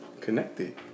Connected